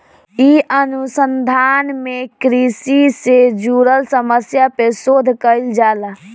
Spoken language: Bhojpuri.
इ अनुसंधान में कृषि से जुड़ल समस्या पे शोध कईल जाला